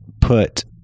put